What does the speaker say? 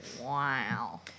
Wow